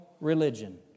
religion